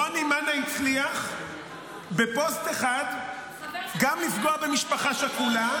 רוני מאנה הצליח בפוסט אחד גם לפגוע במשפחה שכולה,